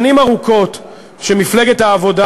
שנים ארוכות שמפלגת העבודה,